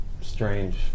strange